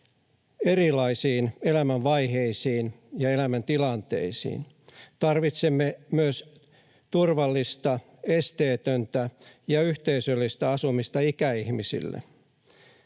erilaisiin elämänvaiheisiin ja elämäntilanteisiin. Tarvitsemme myös turvallista, esteetöntä ja yhteisöllistä asumista ikäihmisille.